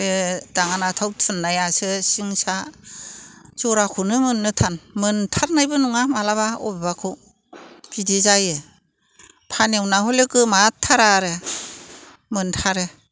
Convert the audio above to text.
बे दाङानाथायाव थुननायासो सिं सा जराखौनो मोननो थान मोनथारनायबो नङा माब्लाबा बबेबाखौ बिदि जायो फानेवना हयले गोमाथारा आरो मोनथारो